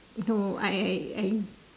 no I I I